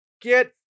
Get